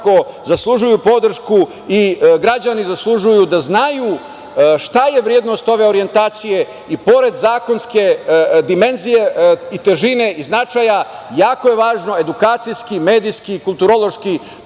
zaslužuju podršku i građani zaslužuju da znaju šta je vrednost ove orijentacije i pored zakonske dimenzije, težine i značaja jako je važno edukacijski, medijski, kulturološki